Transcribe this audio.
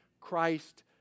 Christ